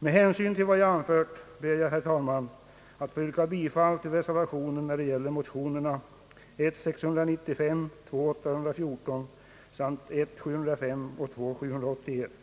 Med hänsyn till vad jag anfört ber jag, herr talman, att få yrka bifall till reservationen, i den mån det gäller motionerna I: 695 och II: 814 samt I: 705 och II: 781, vari yrkas